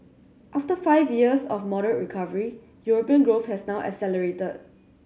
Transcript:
after five years of moderate recovery European growth has now accelerated